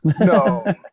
No